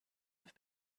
have